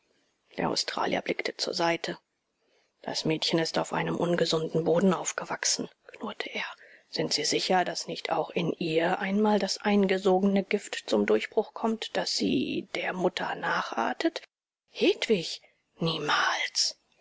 der australier blickte zur seite das mädchen ist auf einem ungesunden boden aufgewachsen knurrte er sind sie sicher daß nicht auch in ihr einmal das eingesogene gift zum durchbruch kommt daß sie der mutter nachartet hedwig niemals